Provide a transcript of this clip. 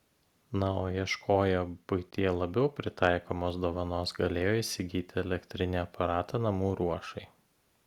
na o ieškoję buityje labiau pritaikomos dovanos galėjo įsigyti elektrinį aparatą namų ruošai